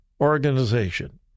organization